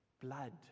blood